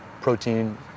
protein